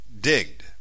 digged